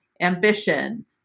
ambition